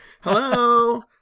hello